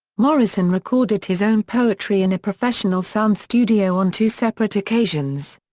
morrison recorded his own poetry in a professional sound studio on two separate occasions.